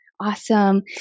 Awesome